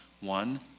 one